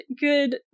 good